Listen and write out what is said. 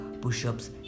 Push-ups